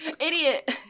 Idiot